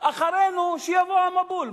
ואחרינו שיבוא המבול.